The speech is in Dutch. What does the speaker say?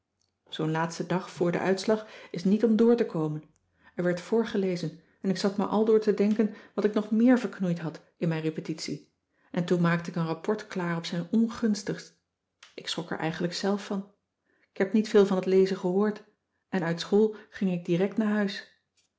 zoo'n laatste dag voor den uitslag is niet om door te komen er werd voorgelezen en ik zat maar aldoor te denken wat ik nog meer verknoeid had in mijn cissy van marxveldt de h b s tijd van joop ter heul repetitie en toen maakte ik een rapport klaar op zijn ongunstigst ik schrok er eigenlijk zelf van k heb niet veel van het lezen gehoord en uit school ging ik direct naar huis